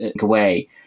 away